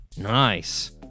Nice